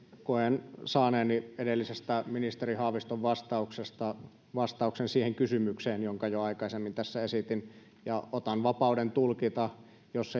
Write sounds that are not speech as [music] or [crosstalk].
koen saaneeni edellisestä ministeri haaviston vastauksesta vastauksen siihen kysymykseen jonka jo aikaisemmin tässä esitin otan vapauden tulkita jos [unintelligible]